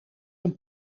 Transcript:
een